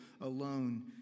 alone